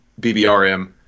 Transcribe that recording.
BBRM